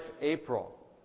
April